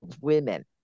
women